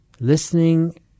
Listening